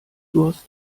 durst